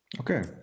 okay